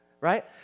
right